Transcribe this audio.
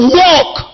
walk